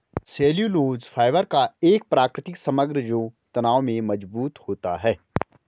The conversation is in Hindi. सेल्यूलोज फाइबर का एक प्राकृतिक समग्र जो तनाव में मजबूत होता है